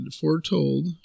foretold